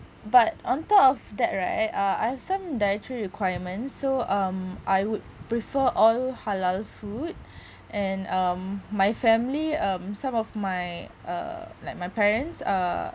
but on top of that right uh I have some dietary requirements so um I would prefer all halal food and um my family um some of my uh like my parents are